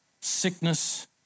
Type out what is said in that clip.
sickness